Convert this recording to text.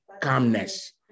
Calmness